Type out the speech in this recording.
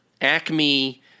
acme